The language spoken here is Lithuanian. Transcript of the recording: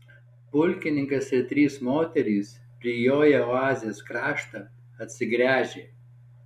pulkininkas ir trys moterys prijoję oazės kraštą atsigręžė